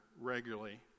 regularly